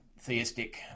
theistic